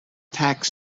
tax